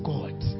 God